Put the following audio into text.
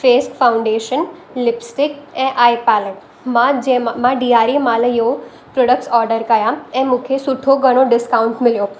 face foundation lipstick ऐं eye palette मां जे मां मां ॾिआरी महिल इहो प्रोडक्ट्स ऑर्डर कया ऐं मूंखे सुठो घणो डिस्काउंट मिलियो